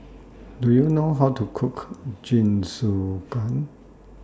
Do YOU know How to Cook Jingisukan